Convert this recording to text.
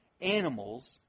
animals